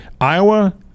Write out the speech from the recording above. Iowa